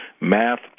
math